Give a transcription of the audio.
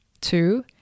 Two